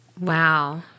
Wow